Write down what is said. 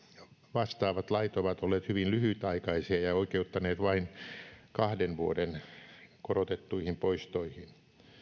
vastaavat lait ovat olleet hyvin lyhytaikaisia ja oikeuttaneet vain kahden vuoden korotettuihin poistoihin